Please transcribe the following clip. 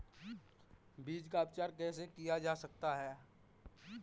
बीज का उपचार कैसे किया जा सकता है?